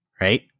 right